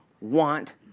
want